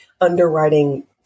underwriting